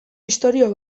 istorio